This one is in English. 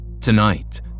Tonight